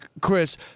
Chris